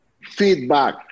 feedback